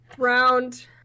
Round